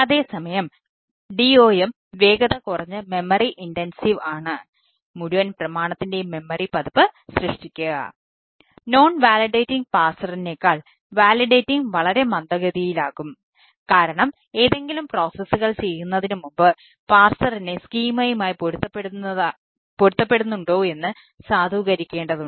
അതേസമയം DOM വേഗത കുറഞ്ഞ മെമ്മറി ഇൻടൻസീവ് പൊരുത്തപ്പെടുന്നുണ്ടോയെന്ന് സാധൂകരിക്കേണ്ടതുണ്ട്